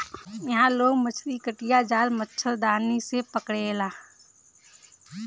इहां लोग मछरी कटिया, जाल, मछरदानी से पकड़ेला